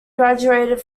graduated